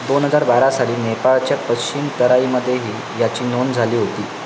दोन हजार बारा साली नेपाळच्या पश्चिम तराईमध्येही याची नोंद झाली होती